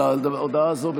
על ההודעה הזאת?